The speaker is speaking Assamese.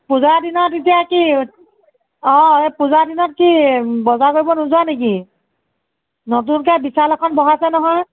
পূজাৰ দিনত এতিয়া কি অঁ এই পূজাৰ দিনত কি বজাৰ কৰিব নোযোৱা নেকি নতুনকৈ বিশাল এখন বহাইছে নহয়